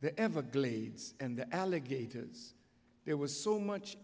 the everglades and the alligators there was so much